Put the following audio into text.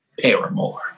Paramore